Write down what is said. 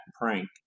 prank